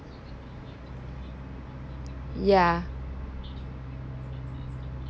ya